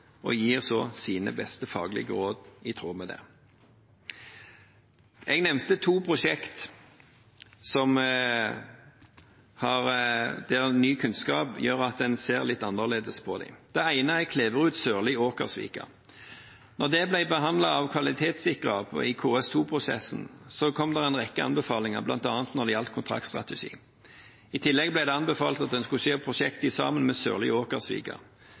de gir så sine beste faglige råd i tråd med det. Jeg nevnte to prosjekter der ny kunnskap gjør at en ser litt annerledes på dem. Det ene er Kleverud–Sørli–Åkersvika. Da det ble behandlet av kvalitetssikrer i KS2-prosessen, kom det en rekke anbefalinger, bl.a. når det gjaldt kontraktstrategi. I tillegg ble det anbefalt at en skulle se prosjektet i sammenheng med Sørli–Åkersvika, fordi en mener at en mer helhetlig utbygging av prosjektet kan gi kostnadsreduksjoner og dermed et bedre prosjekt.